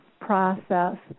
process